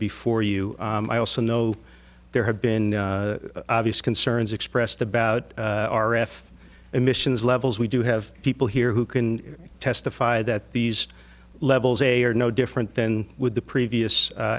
before you i also know there have been obvious concerns expressed about r f emissions levels we do have people here who can testify that these levels they are no different than with the previous